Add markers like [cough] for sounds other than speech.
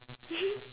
[laughs]